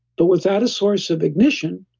but without a source of ignition,